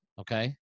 okay